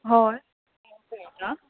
हय कोण उलयता